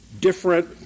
different